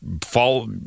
fall